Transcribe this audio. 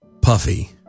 puffy